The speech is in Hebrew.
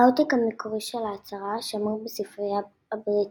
העותק המקורי של ההצהרה שמור בספרייה הבריטית.